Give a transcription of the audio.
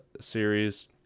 series